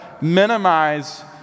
minimize